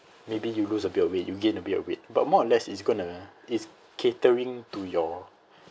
maybe you lose a bit of weight you gain a bit of weight but more or less is gonna is catering to your